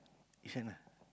this one ah